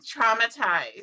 traumatized